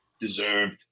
Deserved